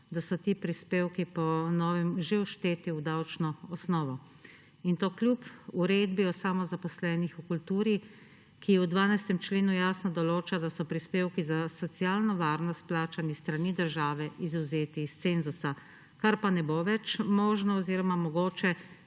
da so ti prispevki po novem že všteti v davčno osnovo, in to kljub Uredbi o samozaposlenih v kulturi, ki v 12. členu jasno določa, da so prispevki za socialno varnost, plačani s strani države, izvzeti iz cenzusa. To pa ne bo več možno oziroma mogoče,